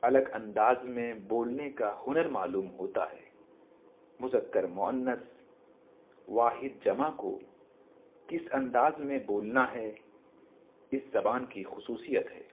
الگ انداز میں بولنے کا ہنر معلوم ہوتا ہے مذکر مؤنث واحد جمع کو کس انداز میں بولنا ہے اس زبان کی خصوصیت ہے